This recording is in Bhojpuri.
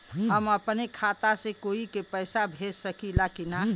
हम अपने खाता से कोई के पैसा भेज सकी ला की ना?